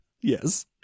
yes